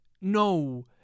no